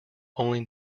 only